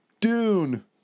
DUNE